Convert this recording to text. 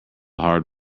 hard